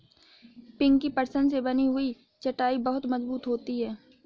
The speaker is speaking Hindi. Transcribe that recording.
पिंकी पटसन से बनी हुई चटाई बहुत मजबूत होती है